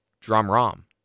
Drum-rom